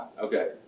Okay